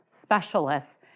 specialists